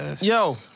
Yo